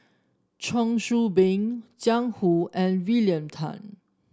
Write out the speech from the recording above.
Cheong Soo Pieng Jiang Hu and William Tan